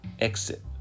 exit